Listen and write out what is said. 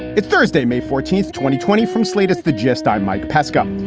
it's thursday, may fourteenth, twenty twenty from slate's the gist. i'm mike pesca.